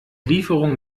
lieferung